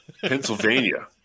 Pennsylvania